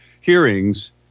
hearings